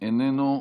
איננו,